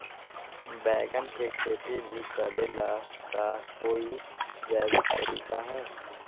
बैंगन के खेती भी करे ला का कोई जैविक तरीका है?